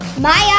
Maya